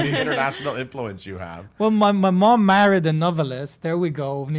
ah yeah international influence you have? well, my my mom married a novelist, there we go. and you